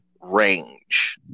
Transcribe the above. range